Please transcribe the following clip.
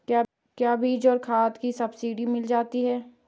क्या बीज और खाद में सब्सिडी मिल जाती है?